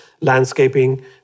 Landscaping